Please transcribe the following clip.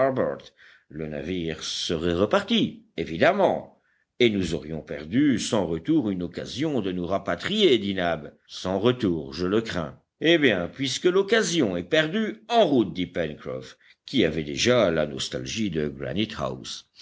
le navire serait reparti évidemment et nous aurions perdu sans retour une occasion de nous rapatrier dit nab sans retour je le crains eh bien puisque l'occasion est perdue en route dit pencroff qui avait déjà la nostalgie de